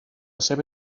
seva